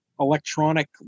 electronic